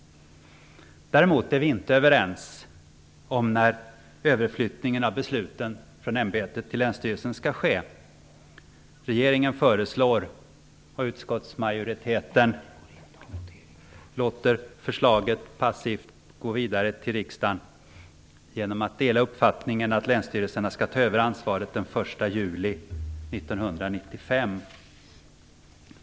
Däremot är vi inte överens om när överflyttningen av besluten från ämbetet till länsstyrelserna skall ske. Regeringen föreslår, och utskottsmajoriteten låter förslaget passivt gå vidare till riksdagen och delar uppfattningen, att länsstyrelserna skall ta över ansvaret den 1 juli 1995.